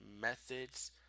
methods